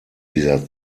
dieser